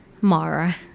Mara